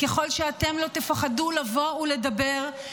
ככל שאתם לא תפחדו לבוא ולדבר,